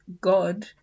god